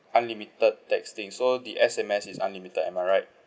unlimited texting so the S_M_S is unlimited am I right